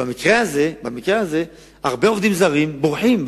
במקרה הזה, הרבה עובדים זרים בורחים.